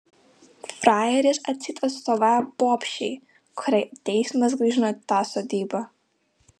frajeris atseit atstovauja bobšei kuriai teismas grąžino tą sodybą